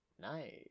Nice